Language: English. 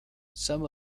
some